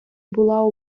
була